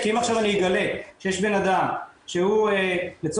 כי אם עכשיו אני אגלה שיש אדם שהוא לצורך